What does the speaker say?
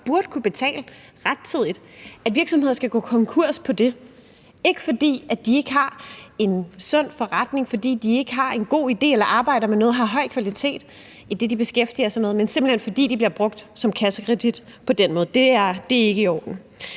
godt burde kunne betale rettidigt, og at andre virksomheder skal gå konkurs på grund af det – ikke fordi de ikke har en sund forretning eller de ikke har en god idé eller ikke har høj kvalitet i det, de beskæftiger sig med, men simpelt hen fordi de bliver brugt som kassekredit på den måde. Det er ikke i orden.